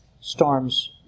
storms